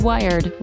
Wired